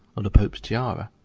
or the pope's tiara.